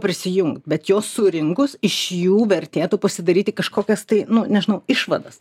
prisijungt bet juos surinkus iš jų vertėtų pasidaryti kažkokias tai nu nežinau išvadas